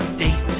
date